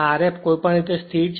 આ Rf કોઈપણ રીતે સ્થિર છે